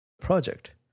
Project